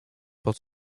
pod